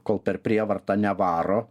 kol per prievartą nevaro